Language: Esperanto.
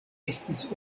estis